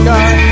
God